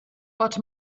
but